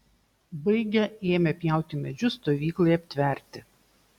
baigę ėmė pjauti medžius stovyklai aptverti